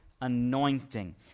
anointing